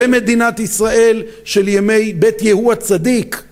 במדינת ישראל של ימי בית יהוא הצדיק